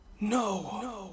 No